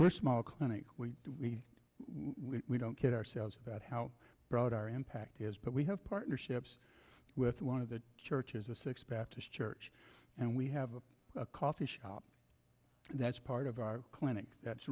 where small clinic where we don't kid ourselves about how broad our impact is but we have partnerships with one of the churches a six pack to church and we have a coffee shop that's part of our clinic that's